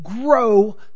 Grow